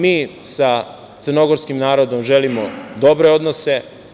Mi sa crnogorskim narodom želimo dobre odnose.